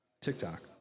TikTok